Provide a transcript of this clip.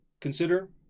consider